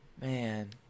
Man